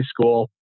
school